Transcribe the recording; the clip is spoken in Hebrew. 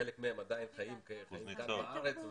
חלק מהם עדיין חיים כאן בארץ.